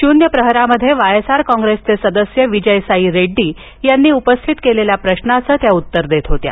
शून्य प्रहरामध्ये Y S R कॉग्रेसचे सदस्य विजयसाई रेड्डी यांनी उपस्थित केलेल्या प्रशाचं त्या उत्तर देत होत्या